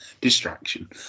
Distraction